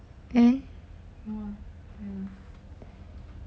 then